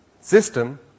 system